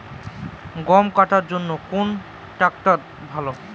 গম কাটার জন্যে কোন ট্র্যাক্টর ভালো?